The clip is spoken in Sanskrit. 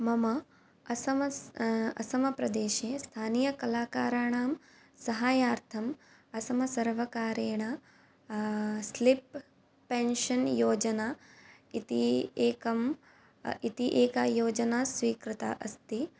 मम असमस् असमप्रदेशे स्थानीयकलाकाराणां साहाय्यार्थम् असमसर्वकारेण स्लिप् पेन्शन् येजना इति एकम् इति एका योजना स्वीकृता अस्ति